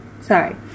Sorry